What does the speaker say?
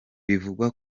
bivugwa